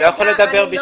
אני לא יכול לדבר בשמו.